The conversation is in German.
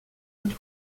und